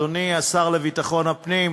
אדוני השר לביטחון הפנים,